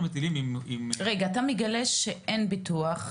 אתה מגלה שאין ביטוח רפואי,